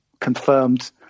confirmed